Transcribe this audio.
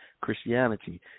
Christianity